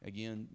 Again